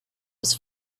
was